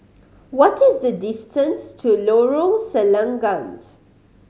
what is the distance to Lorong Selangat